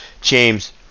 james